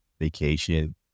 vacation